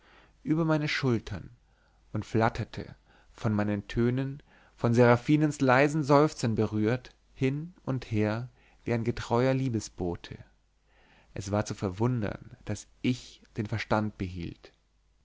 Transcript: über meine schulter und flatterte von meinen tönen von seraphinens leisen seufzern berührt hin und her wie ein getreuer liebesbote es war zu verwundern daß ich den verstand behielt